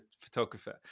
photographer